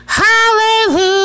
hallelujah